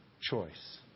choice